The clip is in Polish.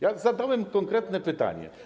Ja zadałem konkretne pytanie.